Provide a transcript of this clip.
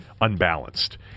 unbalanced